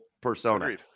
persona